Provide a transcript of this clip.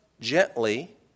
gently